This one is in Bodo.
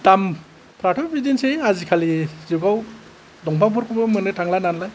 दामफ्राथ' बिदिनोसै आजिखालि जुगाव दंफांफोरखौबो मोननो थांला नालाय